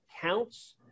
counts